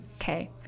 okay